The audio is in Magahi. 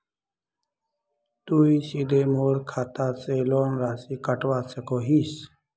तुई सीधे मोर खाता से लोन राशि कटवा सकोहो हिस?